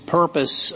purpose